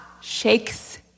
shakes